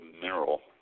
mineral